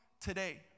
today